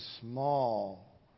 small